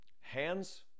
hands